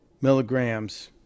milligrams